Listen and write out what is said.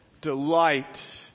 delight